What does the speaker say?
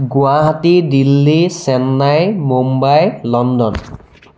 Guwahati Delhi Chennai Mumbai London